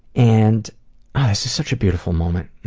and, ah, this is such a beautiful moment.